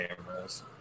cameras